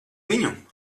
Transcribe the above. viņu